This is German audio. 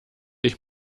ich